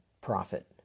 profit